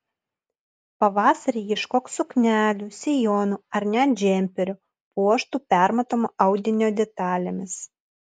pavasarį ieškok suknelių sijonų ar net džemperių puoštų permatomo audinio detalėmis